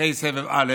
אחרי סבב א',